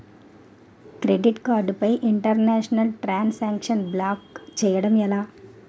Credit card పై international transaction block చేయటం ఎలా?